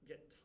Get